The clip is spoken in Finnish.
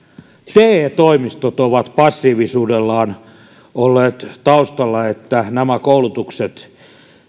te toimistot ovat passiivisuudellaan olleet taustalla siinä että nämä koulutukset